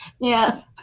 Yes